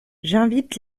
j’invite